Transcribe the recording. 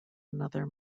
another